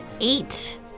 eight